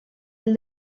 del